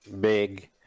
big